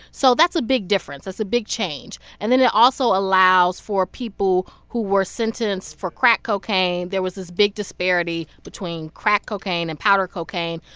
so that's a big difference. that's a big change. and then it also allows for people who were sentenced for crack cocaine there was this big disparity between crack cocaine and powder cocaine.